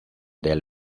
del